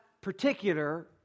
particular